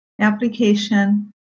application